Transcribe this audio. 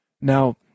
Now